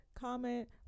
Comment